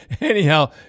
Anyhow